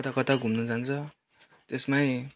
कता कता घुम्नु जान्छ त्यसमै